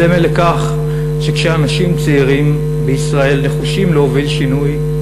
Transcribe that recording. סמל לכך שכשאנשים צעירים בישראל נחושים להוביל שינוי,